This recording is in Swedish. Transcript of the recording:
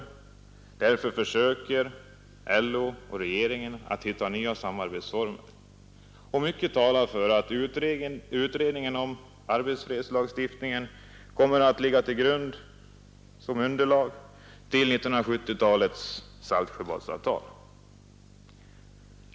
Därför försöker LO och regeringen att hitta nya samarbetsformer. Mycket talar för att utredningen om arbetsfredslagstiftningen kommer att ligga som underlag till 1970-talets ”Saltsjöbadsavtal”.